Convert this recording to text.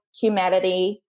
humanity